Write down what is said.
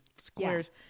squares